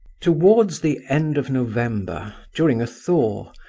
towards the end of november, during a thaw,